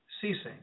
ceasing